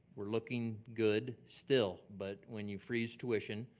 we're looking good still, but when you freeze tuition,